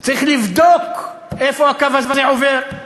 צריך לבדוק איפה הקו הזה עובר,